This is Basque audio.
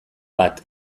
bat